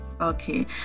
okay